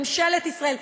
ממשלת ישראל,